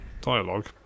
dialogue